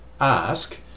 ask